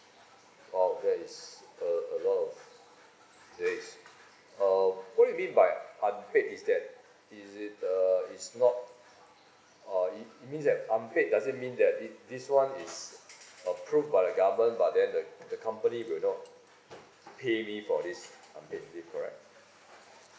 !wow! that is a a lot of days uh what do you mean by unpaid is that is it uh it's not uh it it means that unpaid doesn't meaning that if this one is approved by the government but then the the company will know to pay me for this unpaid leave correct